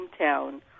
hometown